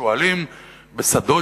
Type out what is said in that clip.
כשועלים בשדות,